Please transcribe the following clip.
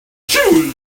june